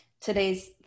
Today's